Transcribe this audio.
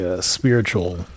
spiritual